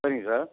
சரிங்க சார்